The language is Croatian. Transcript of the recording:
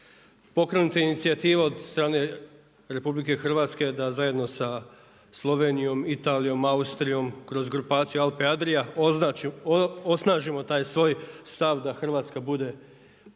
Pokrenuta je inicijativa od strane RH da zajedno sa Slovenijom, Italijom, Austrijom kroz grupaciju Alpe-Adria osnažimo taj svoj stav da Hrvatska bude